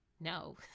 no